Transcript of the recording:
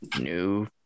New